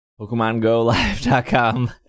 PokemonGoLive.com